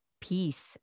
peace